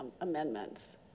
amendments